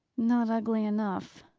not ugly enough,